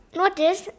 notice